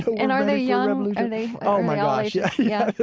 and are they young? um are they, oh, my gosh. yes yeah.